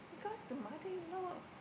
cause the mother in law